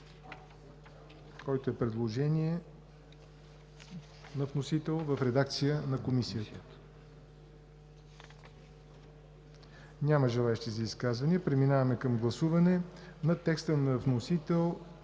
който е предложение на вносител в редакция на Комисията? Няма желаещи за изказвания. Преминаваме към гласуване на текста на вносител